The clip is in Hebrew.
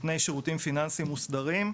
נותני שירותים פיננסיים מוסדרים,